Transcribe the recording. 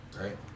Right